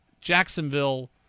Jacksonville